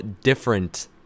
different